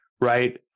right